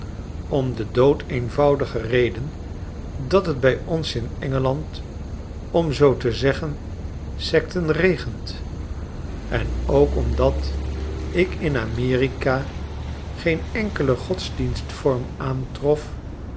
om de doodeenvoudige reden dat het bij ons in e n g e a n d om zoo te zeggen sekten regent en ook omdat ikin am erik a geen enkelen godsdienstvorm aantrof